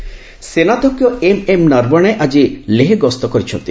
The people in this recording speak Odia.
ନରବଣେ ଲଦାଖ ସେନାଧ୍ୟକ୍ଷ ଏମ୍ଏମ୍ ନରବଣେ ଆଜି ଲେହେ ଗସ୍ତ କରିଛନ୍ତି